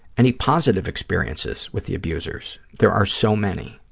any positive experiences with the abusers? there are so many.